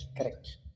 correct